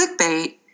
clickbait